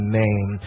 name